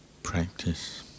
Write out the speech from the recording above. Practice